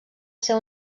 ser